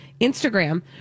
Instagram